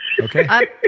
Okay